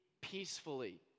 peacefully